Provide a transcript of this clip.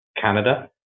Canada